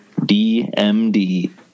DMD